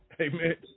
Amen